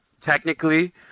technically